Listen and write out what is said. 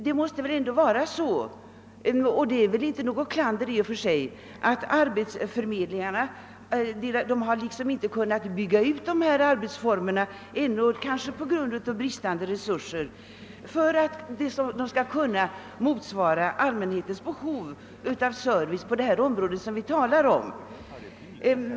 Det måste väl vara så — och detta innebär i och för sig inte något klander — att arbetsförmedlingarna, kanske till följd av bristande resurser, inte kunnat bygga ut sina arbetsformer tillräckligt mycket för att tillgodose allmänhetens behov av service på det område vi talar om.